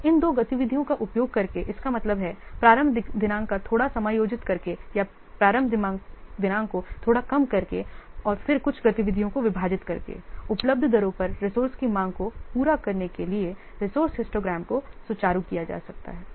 तो इन दो विधियों का उपयोग करके इसका मतलब है प्रारंभ दिनांक को थोड़ा समायोजित करके या प्रारंभ दिनांक को थोड़ा कम करके और फिर कुछ गतिविधियों को विभाजित करके उपलब्ध दरों पर रिसोर्स की मांग को पूरा करने के लिए रिसोर्स हिस्टोग्राम को सुचारू किया जा सकता है